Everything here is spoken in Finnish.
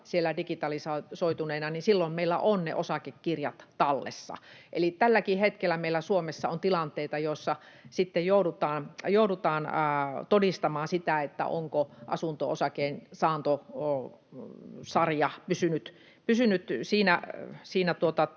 siellä digitalisoituneina, niin silloin meillä ovat ne osakekirjat tallessa. Eli tälläkin hetkellä meillä Suomessa on tilanteita, joissa sitten joudutaan todistamaan sitä, onko asunto-osakkeen saantosarja pysynyt siinä